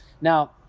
Now